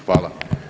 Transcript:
Hvala.